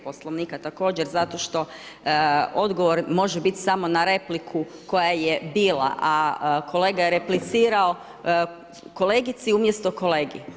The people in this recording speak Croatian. Poslovnika također zato što odgovor može biti samo na repliku koja je bila a kolega je replicirao kolegici umjesto kolegi.